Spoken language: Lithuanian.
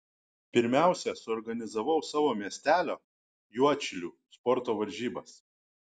pirmiausia suorganizavau savo miestelio juodšilių sporto varžybas